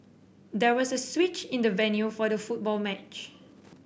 there was a switch in the venue for the football match